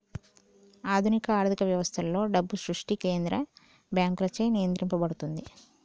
ఆధునిక ఆర్థిక వ్యవస్థలలో, డబ్బు సృష్టి కేంద్ర బ్యాంకులచే నియంత్రించబడుతుంది